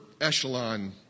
echelon